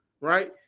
right